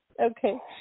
okay